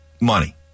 money